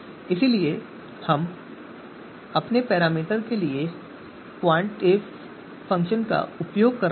इसलिए हम अपने पैरामीटर के लिए qunif फ़ंक्शन का उपयोग कर रहे हैं